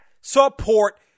support